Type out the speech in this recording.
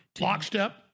lockstep